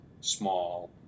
small